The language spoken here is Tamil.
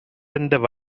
வந்த